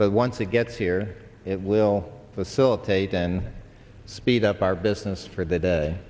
but once it gets here it will facilitate and speed up our business for the day